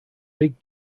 big